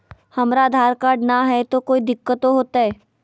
हमरा आधार कार्ड न हय, तो कोइ दिकतो हो तय?